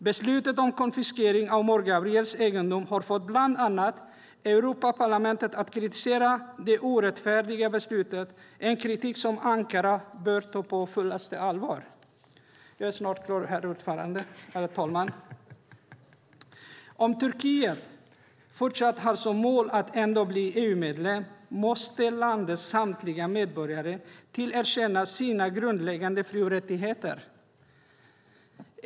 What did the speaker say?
Beslutet om konfiskering av Mor Gabriels egendom har fått bland annat Europaparlamentet att kritisera det orättfärdiga beslutet. Det är en kritik som Ankara bör ta på fullaste allvar. Om Turkiet fortsatt har som mål att en dag bli EU-medlem måste landets samtliga medborgare tillerkännas sina grundläggande fri och rättigheter.